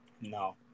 No